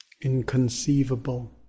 inconceivable